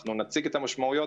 אנחנו נציג את המשמעויות